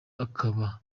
akaba